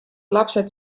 lapsed